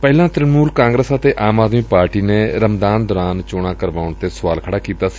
ਪਹਿਲਾਂ ਤ੍ਰਿਣਮੂਲ ਕਾਂਗਰਸ ਅਤੇ ਆਮ ਆਦਮੀ ਪਾਰਟੀ ਨੇ ਰਮਦਾਨ ਦੌਰਾਨ ਚੋਣਾਂ ਕਰਵਾਉਣ ਤੇ ਸੁਆਲ ਖੜਾਂ ਕੀਤਾ ਸੀ